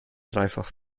dreifach